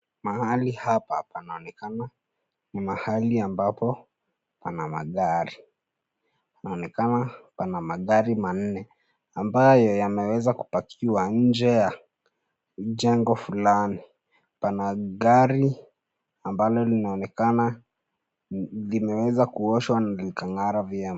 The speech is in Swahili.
Mahali hapa panaonekana ni mahali ambapo pana magari. Panaonekana pana magari manne, ambayo yameweza kupakiwa nje ya jengo fulani. Pana gari ambalo linaonekana limeweza kuoshwa na likang'ara vyema.